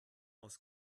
aus